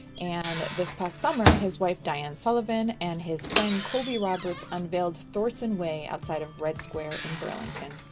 and this past summer his wife diane sullivan and his friend colby roberts unveiled thorsen way outside of red square in burlington.